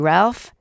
Ralph